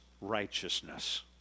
righteousness